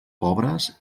pobres